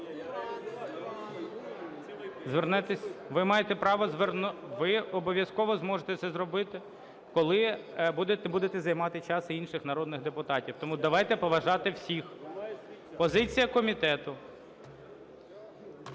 Ви обов'язково зможете це зробити, коли будете займати час інших народних депутатів, тому давайте поважати всіх. Позиція комітету.